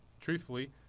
truthfully